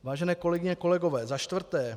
Vážené kolegyně, kolegové, za čtvrté.